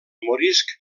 morisc